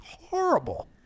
horrible